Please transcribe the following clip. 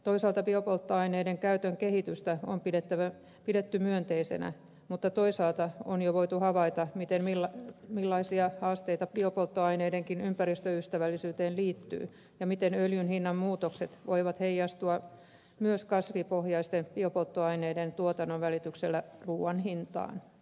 toisaalta biopolttoaineiden käytön kehitystä on pidetty myönteisenä mutta toisaalta on jo voitu havaita millaisia haasteita biopolttoaineidenkin ympäristöystävällisyyteen liittyy ja miten öljyn hinnanmuutokset voivat heijastua myös kasvipohjaisten biopolttoaineiden tuotannon välityksellä ruuan hintaan